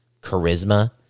charisma